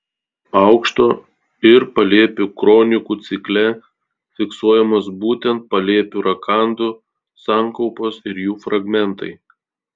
aukšto ir palėpių kronikų cikle fiksuojamos būtent palėpių rakandų sankaupos ir jų fragmentai